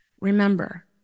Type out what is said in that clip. Remember